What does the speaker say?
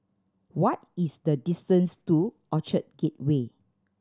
what is the distance to Orchard Gateway